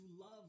love